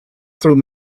through